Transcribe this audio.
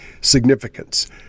significance